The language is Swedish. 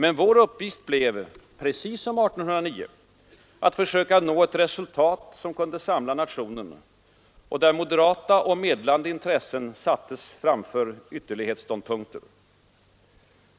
Men vår uppgift blev att, precis som 1809, försöka nå ett resultat som kunde samla nationen och där moderata och medlande intressen sattes framför ytterlighetsståndpunkter.